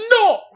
no